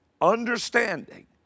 understanding